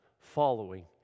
following